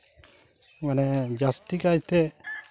ᱢᱟᱱᱮ ᱡᱟᱹᱥᱛᱤ ᱠᱟᱭᱛᱮ